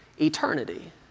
eternity